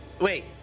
Wait